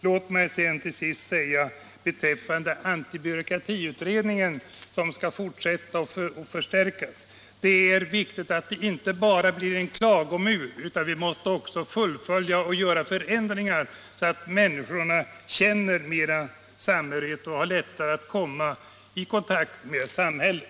Låt mig till sist säga beträffande antibyråkratiutredningen, som skall fortsätta och förstärkas, att det är viktigt att den inte bara blir en klagomur utan att vi också måste fullfölja den och göra förändringar så att människorna känner mera samhörighet och har lättare att komma i kontakt med samhället.